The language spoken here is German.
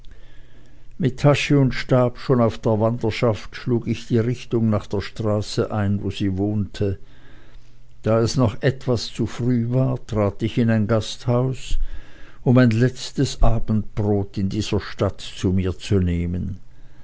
mit tasche und stab schon auf der wanderschaft schlug ich die richtung nach der straße ein wo sie wohnte da es noch etwas zu früh war trat ich in ein gastbaus um ein letztes abendbrot in dieser stadt zu mir zu nehmen